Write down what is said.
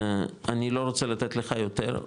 אני לא רוצה לתת לך יותר,